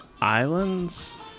Islands